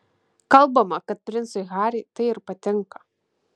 kalbama kad princui harry tai ir patinka